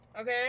Okay